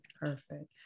Perfect